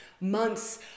months